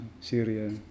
Syria